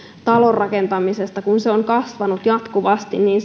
talonrakentamisesta on kasvanut jatkuvasti niin